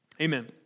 Amen